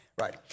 Right